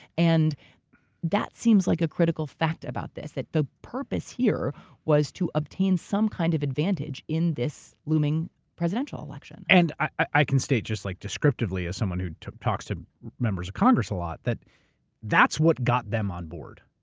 and that seems like a critical fact about this, that the purpose here was to obtain some kind of advantage in this looming presidential election. and i can state just like descriptively as someone who talks to members of congress a lot that that's what got them on board.